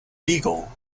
beagle